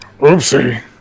Oopsie